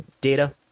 data